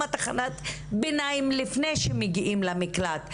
הם תחנת ביניים לפני שמגיעים למקלט.